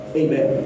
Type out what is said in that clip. amen